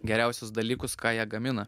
geriausius dalykus ką jie gamina